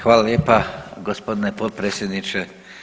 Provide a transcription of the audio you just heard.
Hvala lijepa gospodine potpredsjedniče.